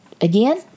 again